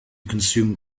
consume